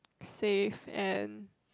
safe and